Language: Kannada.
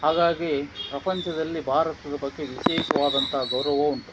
ಹಾಗಾಗಿ ಪ್ರಪಂಚದಲ್ಲಿ ಭಾರತದ ಬಗ್ಗೆ ವಿಶೇಷವಾದಂಥ ಗೌರವವೂ ಉಂಟು